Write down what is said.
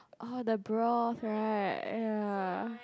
orh the broth right ya